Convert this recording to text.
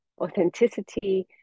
authenticity